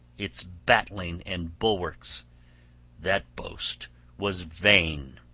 its battling and bulwarks that boast was vain!